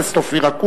מבחינת הדימוי של